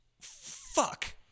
Fuck